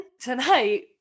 Tonight